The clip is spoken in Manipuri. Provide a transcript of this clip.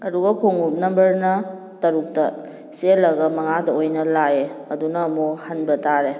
ꯑꯗꯨꯒ ꯈꯣꯡꯎꯞ ꯅꯝꯕꯔꯅ ꯇꯔꯨꯛꯇ ꯆꯦꯜꯂꯒ ꯃꯥꯉꯗ ꯑꯣꯏꯅ ꯂꯥꯛꯑꯦ ꯑꯗꯨꯅ ꯑꯃꯨꯛ ꯍꯟꯕ ꯇꯥꯔꯦ